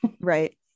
Right